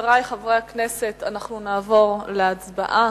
חברי חברי הכנסת, אנחנו נעבור להצבעה.